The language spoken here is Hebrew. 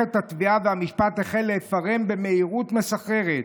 במערכת התביעה והמשפט החל להיפרם במהירות מסחררת.